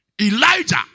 Elijah